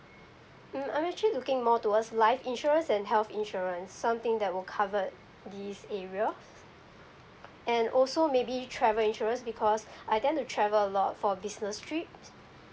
um I'm actually looking more towards life insurance and health insurance something that will covered this area and also maybe travel insurance because I tend to travel a lot for business trips